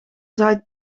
zaait